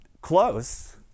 Close